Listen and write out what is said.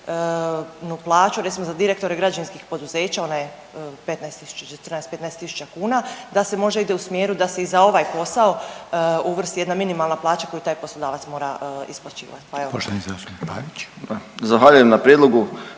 plaću recimo za direktore građevinskih poduzeća. Ona je 15000, 14, 15000 kuna da se možda ide u smjeru da se i za ovaj posao uvrsti jedna minimalna plaća koju taj poslodavac mora isplaćivati, pa evo.